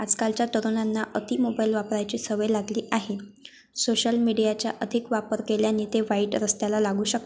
आजकालच्या तरुणांना अति मोबाईल वापरायची सवय लागली आहे सोशल मीडियाच्या अधिक वापर केल्याने ते वाईट रस्त्याला लागू शकतात